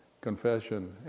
confession